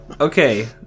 Okay